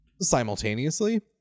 simultaneously